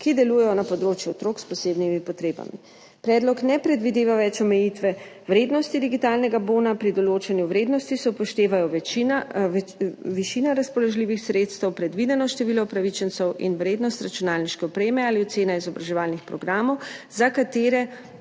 ki delujejo na področju otrok s posebnimi potrebami. Predlog ne predvideva več omejitve vrednosti digitalnega bona, pri določanju vrednosti se upoštevajo višina razpoložljivih sredstev, predvideno število upravičencev in vrednost računalniške opreme ali ocena izobraževalnih programov, za nakup